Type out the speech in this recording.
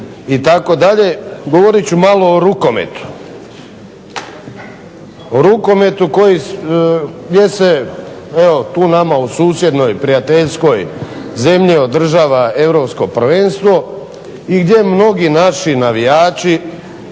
itd., govorit ću malo o rukometu. O rukometu gdje se evo tu nama u susjednoj prijateljskoj zemlji održava Europsko prvenstvo i gdje mnogi naši navijači